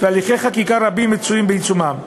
והליכי חקיקה רבים מצויים בעיצומם.